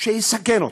שיסכן אותך?